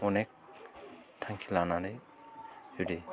अनेक थांखि लानानै जुदि